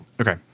Okay